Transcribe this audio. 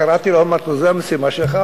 קראתי לו, אמרתי לו: זה המשימה שלך.